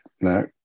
no